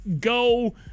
go